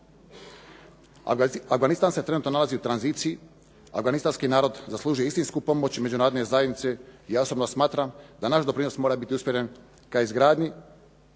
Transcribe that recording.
Afganistan se trenutno nalazi u tranziciji, afganistanski narod zaslužuje istinsku pomoć međunarodne zajednice i ja osobno smatram da naš doprinos mora biti usmjeren ka izgradnji